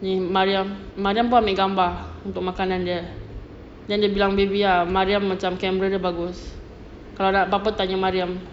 yang malam malam pun ambil gambar untuk makanan dia then dia bilang baby ah malam macam camera dia bagus kalau nak apa-apa tanya mariam